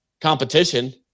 competition